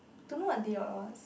don't know what day it was